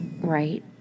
Right